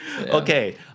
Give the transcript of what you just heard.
Okay